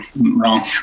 wrong